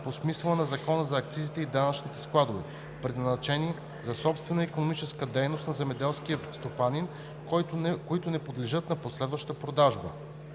по смисъла на Закона за акцизите и данъчните складове, предназначени за собствената икономическа дейност на земеделския стопанин, които не подлежат на последваща продажба.